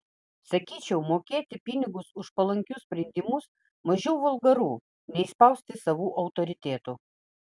sakyčiau mokėti pinigus už palankius sprendimus mažiau vulgaru nei spausti savu autoritetu